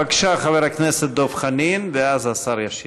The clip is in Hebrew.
בבקשה, חבר הכנסת דב חנין, ואז השר ישיב.